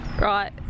right